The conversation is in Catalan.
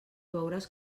veuràs